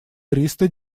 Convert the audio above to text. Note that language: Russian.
триста